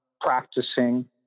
practicing